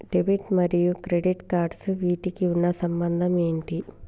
Debit మరియు credit cards వీటికి ఉన్న సంబంధం ఏంటి?